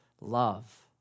love